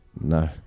no